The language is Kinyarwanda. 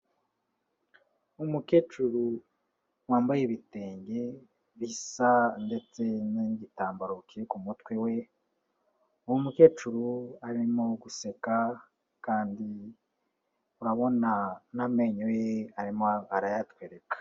Umukecuru wambaye ibitenge bisa, ndetse n'igitambaro kiri ku mutwe we, uwo mukecuru arimo guseka, kandi urabona n'amenyo ye arimo arayatwereka.